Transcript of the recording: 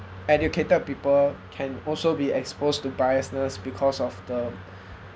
educated people can also be exposed to biasness because of the